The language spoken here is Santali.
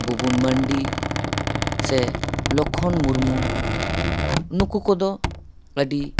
ᱵᱷᱩᱵᱚᱱ ᱢᱟᱹᱱᱰᱤ ᱥᱮ ᱞᱚᱠᱠᱷᱚᱱ ᱢᱩᱨᱢᱩ ᱱᱩᱠᱩ ᱠᱚᱫᱚ ᱟᱹᱰᱤ